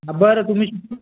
हा बरं तुम्ही